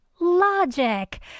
logic